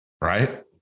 Right